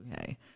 okay